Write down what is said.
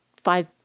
five